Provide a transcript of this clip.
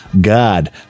God